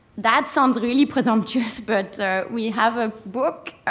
that sounds really presumptuous, but we have a book.